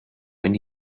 when